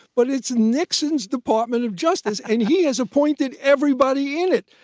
but it's nixon's department of justice. and he has appointed everybody in it.